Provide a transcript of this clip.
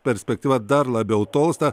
perspektyva dar labiau tolsta